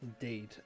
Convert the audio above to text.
indeed